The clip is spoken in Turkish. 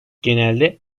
genelde